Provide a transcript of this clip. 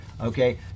Okay